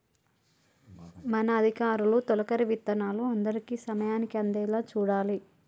మన అధికారులు తొలకరి విత్తనాలు అందరికీ సమయానికి అందేలా చూడాలి